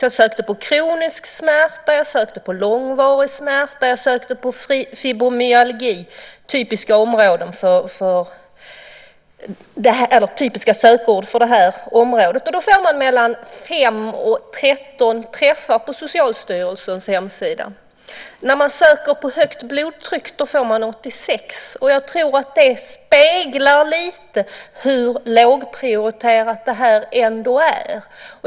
Jag sökte på kronisk smärta, långvarig smärta, fibromyalgi - typiska sökord för området. De ger mellan 5 och 13 träffar på Socialstyrelsens hemsida. När jag söker på högt blodtryck får jag 86 träffar. Jag tror att det speglar lite hur lågprioriterat smärta är.